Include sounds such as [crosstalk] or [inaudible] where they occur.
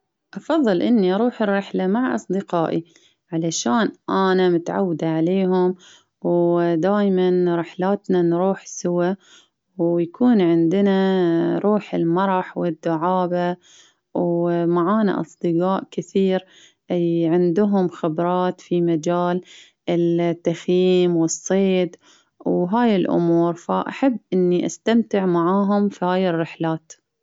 أفظل إني أروح الرحلة مع أصدقائي علشان أنا متعودة عليهم، [hesitation] ودايما رحلاتنا، نروح سوا ويكون عندنا روح المرح، والدعابة [hesitation] ومعانا أصدقاء كثير، عندهم خبرات في مجال ال- التخيم والصيد، وهاي الأمور فأحب إني استمتع معاهم في هاي الرحلات.